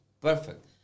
perfect